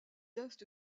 est